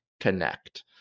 connect